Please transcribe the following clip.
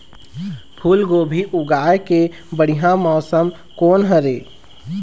फूलगोभी उगाए के बढ़िया मौसम कोन हर ये?